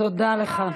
תודה לך.